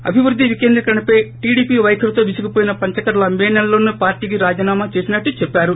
అభివృద్ది వికేంద్రీకరణపై టీడీపీ వైఖరితో విసిగివోయిన పంచకర్ల మే నెలలోసే పార్లీకి రాజీనామా చేసినట్టు చెప్పారు